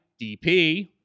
DP